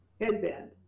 headband